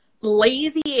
lazy